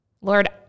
Lord